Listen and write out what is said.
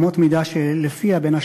אמות מידה שלפיהן ,